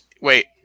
wait